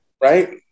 Right